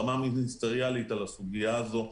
ברמה המיניסטריאלית על הסוגיה הזו.